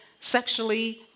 sexually